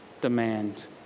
demand